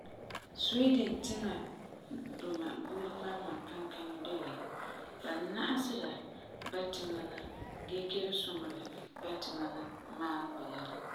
Sweden tiŋa duma buuri malema kankaŋi de la ba na'asera ba tiŋa la gee kelum suŋera ba tiŋa la maalegɔ yɛla.